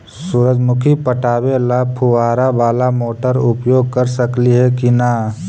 सुरजमुखी पटावे ल फुबारा बाला मोटर उपयोग कर सकली हे की न?